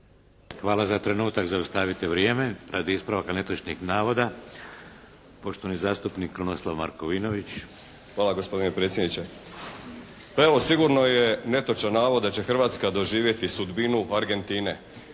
Hvala. Za trenutak zaustavite vrijeme, radi ispravaka netočnih navoda. Poštovani zastupnik Krunoslav Markovinović. **Markovinović, Krunoslav (HDZ)** Hvala gospodine predsjedniče. Pa evo sigurno je netočan navod da će Hrvatska doživjeti sudbinu Argentine.